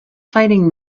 fighting